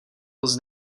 was